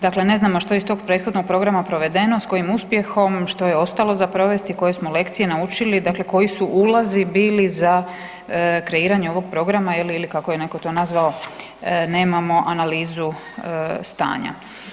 Dakle ne znamo što je iz tog prethodnog programa provedeno, s kojim uspjehom, što je ostalo za provesti, koje smo lekcije naučili, dakle koji su ulazi bili za kreiranje ovog programa ili kako je to netko nazvao, nemamo analizu stanja.